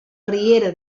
riera